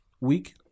week